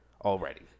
already